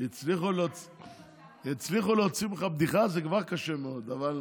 הצליחו להוציא ממך בדיחה, זה כבר קשה מאוד, אבל